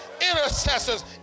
intercessors